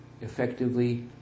effectively